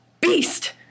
beast